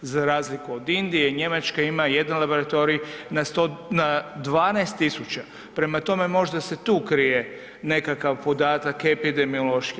Za razliku od Indije, Njemačka ima 1 laboratorij na 12.000, prema tom možda se tu krije nekakav podatak epidemiološki.